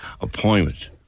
appointment